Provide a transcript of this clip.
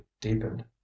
deepened